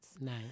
Nice